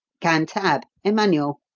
cantab emmanuel.